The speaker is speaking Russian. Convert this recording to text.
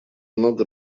много